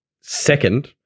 second